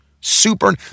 Super